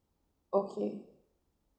okay